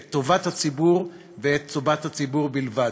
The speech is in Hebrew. את טובת הציבור ואת טובת הציבור בלבד.